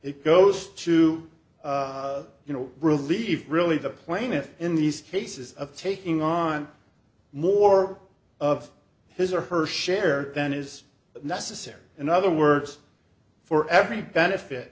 it goes to you know relieve really the plaintiff in these cases of taking on more of his or her share than is necessary in other words for every benefit